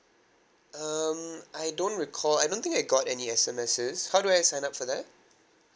um I don't recall I don't think I got any S_M_S how do I sign up for that